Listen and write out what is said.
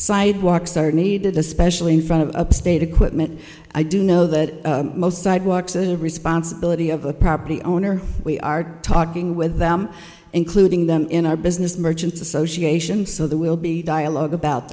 sidewalks are needed especially in front of a state equipment i do know that most sidewalks are the responsibility of a property owner we are talking with including them in our business merchants association so there will be a dialogue about